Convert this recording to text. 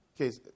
Okay